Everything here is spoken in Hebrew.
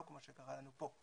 לא כמו שקרה לנו פה,